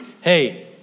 Hey